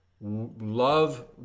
love